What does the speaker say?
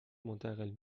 منتقل